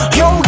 yo